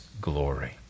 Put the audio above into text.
glory